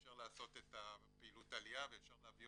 אפשר לעשות פעילות עלייה ואפשר להביא